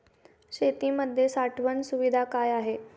शेतीमध्ये साठवण सुविधा काय आहेत?